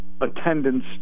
attendance